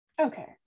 okay